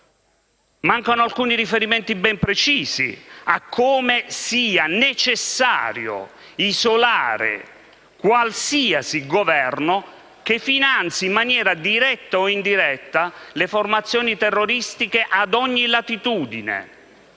mancano alcuni riferimenti ben precisi a come sia necessario isolare qualsiasi Governo che finanzi in maniera diretta o indiretta le formazioni terroristiche a ogni latitudine,